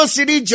City